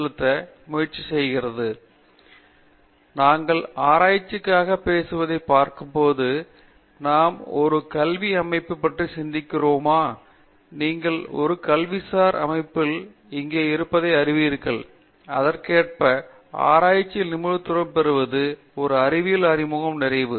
பேராசிரியர் பிரதாப் ஹரிதாஸ் சரி நாங்கள் ஆராய்ச்சிக்காக பேசுவதைப் பார்க்கும்போது நாம் ஒரு கல்வி அமைப்பைப் பற்றி சிந்திக்கிறோமா நீங்கள் ஒரு கல்விசார் அமைப்பில் இங்கே இருப்பதை அறிவீர்கள் அதற்கேற்றவாறு ஆராய்ச்சியில் நிபுணத்துவம் பெறுவது ஒரு அறிவியல் அறிமுகம் நிறைவு